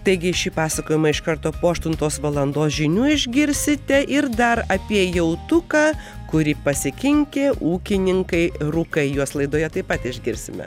taigi šį pasakojimą iš karto po aštuntos valandos žinių išgirsite ir dar apie jautuką kurį pasikinkė ūkininkai rukai juos laidoje taip pat išgirsime